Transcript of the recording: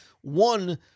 one